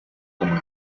como